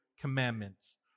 commandments